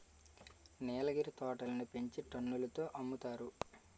నీలగిరి తోటలని పెంచి టన్నుల తో అమ్ముతారు